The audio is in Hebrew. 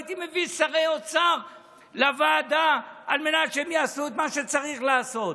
הייתי מביא שרי אוצר לוועדה על מנת שהם יעשו את מה שצריך לעשות.